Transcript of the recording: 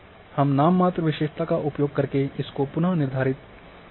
हम नाम मात्र विशेषता का उपयोग करके इसको पुन निर्धारित कर सकते है